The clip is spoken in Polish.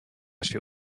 się